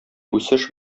үсеш